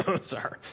Sorry